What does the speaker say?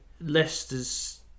Leicester's